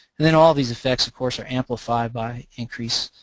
and then all these effects of course are amplified by increase,